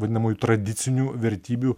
vadinamųjų tradicinių vertybių